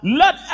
let